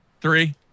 Three